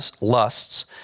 lusts